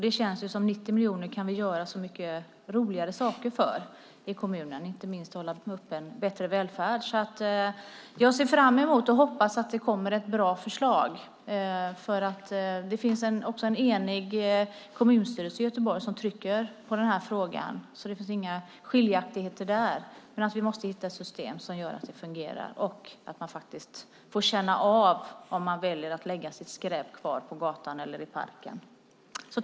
Det känns som att 90 miljoner kan vi göra så mycket roligare saker för i kommunen, inte minst satsa på en bättre välfärd. Jag ser fram emot och hoppas att det kommer ett bra förslag. Det finns en enig kommunstyrelse i Göteborg som trycker på i den här frågan, så det finns inga skiljaktigheter. Men vi måste hitta ett system som fungerar och som gör att man får känna av om man väljer att lägga ned sitt skräp på gatan eller i parken.